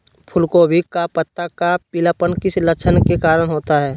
फूलगोभी का पत्ता का पीलापन किस लक्षण के कारण होता है?